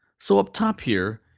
so up top here,